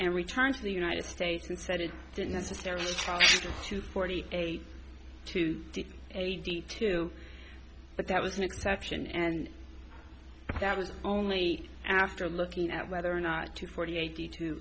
and returned to the united states and said it didn't necessarily try to forty eight to eighty two but that was an exception and that was only after looking at whether or not two forty eighty two